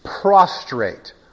prostrate